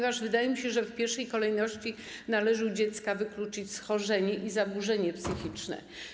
Wydaje mi się, że w pierwszej kolejności należy u dziecka wykluczyć schorzenie i zaburzenie psychiczne.